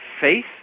faith